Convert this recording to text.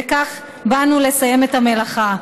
וכך באנו לסיים את המלאכה.